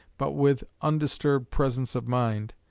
but with undisturbed presence of mind,